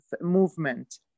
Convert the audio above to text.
movement